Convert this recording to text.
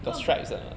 oh